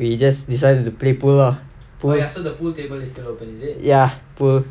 we just decided to play pool lor ya pool